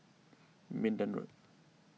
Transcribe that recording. Minden Road